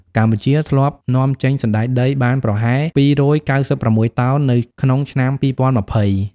កម្ពុជាធ្លាប់នាំចេញសណ្តែកដីបានប្រហែល ២៩៦ តោននៅក្នុងឆ្នាំ ២០២០។